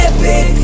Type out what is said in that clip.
Epic